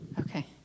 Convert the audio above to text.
Okay